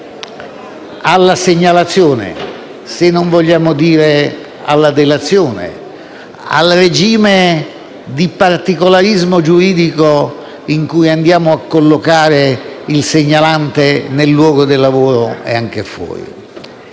alla segnalazione, se non vogliamo dire alla delazione, ovvero al regime di particolarismo giuridico in cui andiamo a collocare il segnalante nel luogo di lavoro ed anche al di